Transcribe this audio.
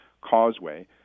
causeway